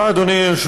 אדוני, בבקשה.